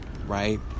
right